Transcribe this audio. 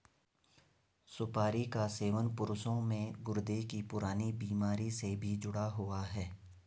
सुपारी का सेवन पुरुषों में गुर्दे की पुरानी बीमारी से भी जुड़ा हुआ है